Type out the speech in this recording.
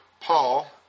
Paul